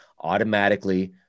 automatically